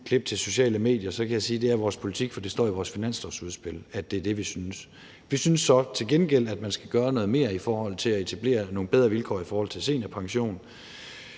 klip til sociale medier, kan jeg sige, at det er vores politik, for det står i vores finanslovsudspil, at det er det, vi synes. Vi synes så til gengæld, at man skal gøre noget mere for at etablere nogle bedre vilkår i forhold til seniorpension.